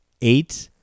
Eight